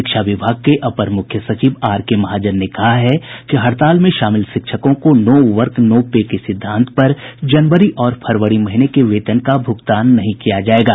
शिक्षा विभाग के अपर मुख्य सचिव आर के महाजन ने कहा है कि हड़ताल में शामिल शिक्षकों को नो वर्क नो पे के सिद्धांत पर जनवरी और फरवरी महीने के वेतन का भूगतान नहीं किया जायेगा